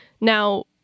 Now